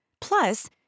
Plus